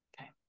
okay